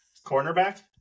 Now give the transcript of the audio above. Cornerback